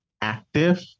active